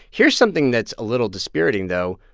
here's something that's a little dispiriting, though.